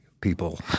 people—